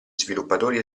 sviluppatori